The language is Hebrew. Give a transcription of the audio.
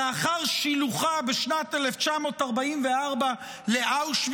לאחר שילוחה בשנת 1944 לאושוויץ,